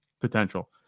potential